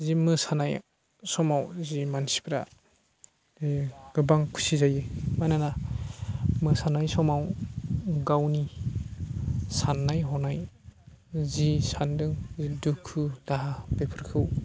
जि मोसानाय समाव जि मानसिफ्रा बे गोबां खुसि जायो मानोना मोसानाय समाव गावनि साननाय हनाय जि सानदों दुखु दाहा बेफोरखौ